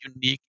unique